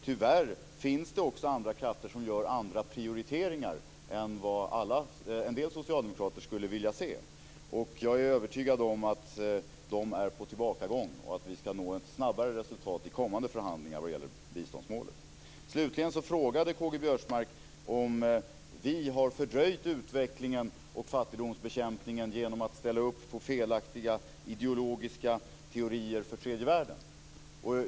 Tyvärr finns det också andra krafter, som gör andra prioriteringar än vad en del socialdemokrater skulle vilja se. Men jag är övertygad om att de är på tillbakagång, och att vi ska nå ett snabbare resultat i kommande förhandlingar vad gäller biståndsmålet. Slutligen frågade K-G Biörsmark om vi har fördröjt utvecklingen och fattigdomsbekämpningen genom att ställa upp på felaktiga ideologiska teorier för tredje världen.